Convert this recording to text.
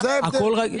זה ההבדל.